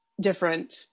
different